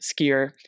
skier